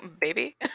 baby